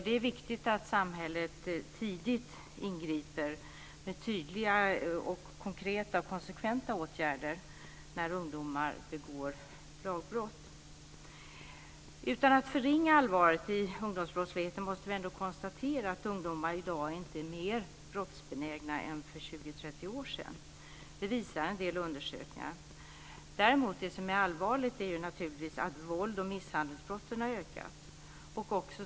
Det är viktigt att samhället tidigt ingriper med tydliga, konkreta och konsekventa åtgärder när ungdomar begår lagbrott. Utan att förringa allvaret i ungdomsbrottsligheten måste vi ändå konstatera att ungdomar i dag inte är mer brottsbenägna än för 20-30 år sedan. Det visar en del undersökningar. Däremot är det naturligtvis allvarligt att vålds och misshandelsbrotten har ökat.